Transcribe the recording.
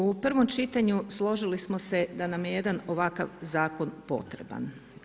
U prvom čitanju složili smo se da nam je jedan ovakav zakon potreban.